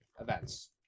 events